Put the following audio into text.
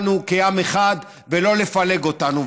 לחבר את כולנו כעם אחד ולא לפלג אותנו,